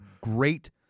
great